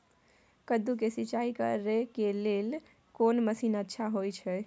कद्दू के सिंचाई करे के लेल कोन मसीन अच्छा होय छै?